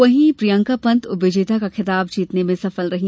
वहीं प्रियंका पंत उपविजेता का खिताब जीतने में सफल रहीं